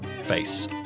face